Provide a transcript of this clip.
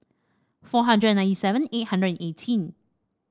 four hundred and ninety seven eight hundred and eighteen